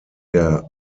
der